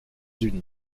unis